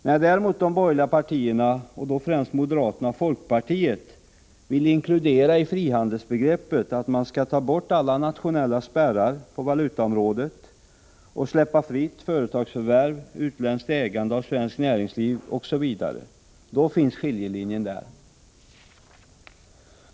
När däremot de borgerliga partierna, främst moderaterna och folkpartiet, vill inkludera i frihandelsbegreppet att man skall ta bort alla nationella spärrar på valutaområdet och släppa fritt företagsförvärv, utländskt ägande av svenskt näringsliv osv., då finns skiljelinjen där.